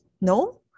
No